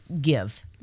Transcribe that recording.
give